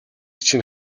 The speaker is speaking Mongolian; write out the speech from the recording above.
чинь